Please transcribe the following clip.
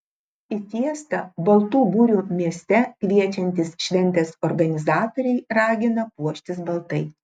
į fiestą baltų burių mieste kviečiantys šventės organizatoriai ragina puoštis baltai